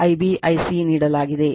I b Ic ನೀಡಲಾಗಿದೆ